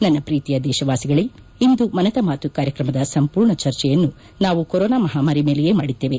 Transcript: ನನ್ನ ಪ್ರೀತಿಯ ದೇಶವಾಸಿಗಳೇ ಇಂದು ಮನದ ಮಾತು ಕಾರ್ಯಕ್ರಮದ ಸಂಪೂರ್ಣ ಚರ್ಚೆಯನ್ನು ನಾವು ಕೊರೋನಾ ಮಹಾಮಾರಿ ಮೇಲೆಯೇ ಮಾಡಿದ್ದೇವೆ